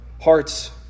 Hearts